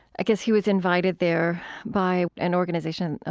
i guess he was invited there by an organization,